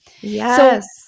Yes